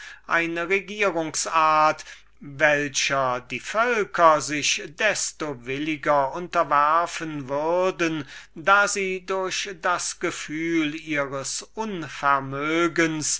zu verwandeln welcher die völker sich desto williger unterwerfen würden da sie durch ein natürliches gefühl ihres unvermögens